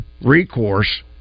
recourse